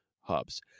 hubs